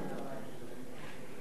מה,